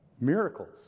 Miracles